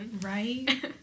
Right